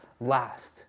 last